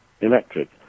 electric